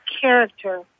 character